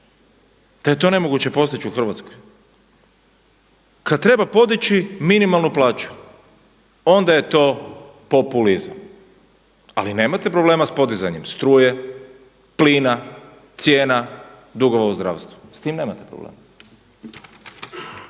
da je to nemoguće postići u Hrvatskoj, kada treba podići minimalnu plaću, onda je to populizam. Ali nemate problema sa podizanjem struje, plina, cijena, dugova u zdravstvu. S time nemate problema.